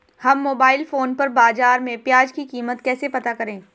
हम mobile phone पर बाज़ार में प्याज़ की कीमत कैसे पता करें?